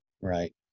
right